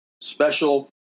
special